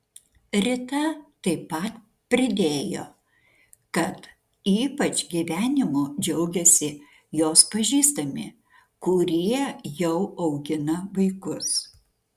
rita taip pat pridėjo kad ypač gyvenimu džiaugiasi jos pažįstami kurie jau augina vaikus